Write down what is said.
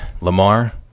Lamar